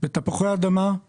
בתפוחי אדמה, גזר,